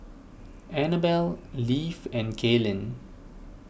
Anabel Leif and Kalyn